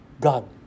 God